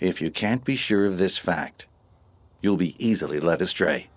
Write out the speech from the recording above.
if you can't be sure of this fact you'll be easily led astray